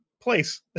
place